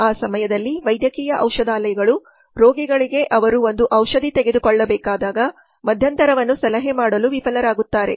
ಆ ಸಮಯದಲ್ಲಿ ವೈದ್ಯಕೀಯ ಔಷಧಾಲಯಗಳು ರೋಗಿಗಳಿಗೆ ಅವರು ಒಂದು ಔಷಧಿ ತೆಗೆದುಕೊಳ್ಳಬೇಕಾದ ಮಧ್ಯಂತರವನ್ನು ಸಲಹೆ ಮಾಡಲು ವಿಫಲರಾಗುತ್ತಾರೆ